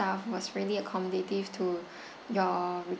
staff was really accommodative to your re~